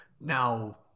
Now